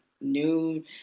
noon